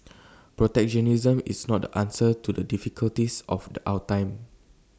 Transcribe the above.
protectionism is not the answer to the difficulties of the our time